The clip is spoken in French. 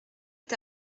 est